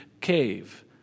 cave